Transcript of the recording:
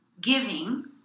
Giving